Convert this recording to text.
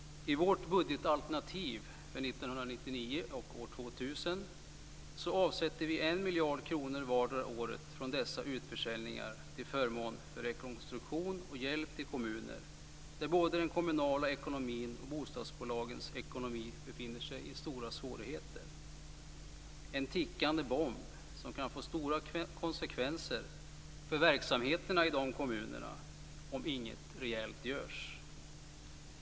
I vårt budgetalternativ för åren 1999 och 2000 avsätter vi 1 miljard kronor för vardera året från dessa utförsäljningar till förmån för rekonstruktion och hjälp till kommuner där både den kommunala ekonomin och bostadsbolagens ekonomi befinner sig i stora svårigheter. Om inget rejält görs blir det en tickande bomb som kan få stora konsekvenser för verksamheterna i dessa kommuner.